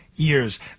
Years